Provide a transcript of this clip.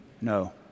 No